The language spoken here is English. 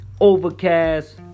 Overcast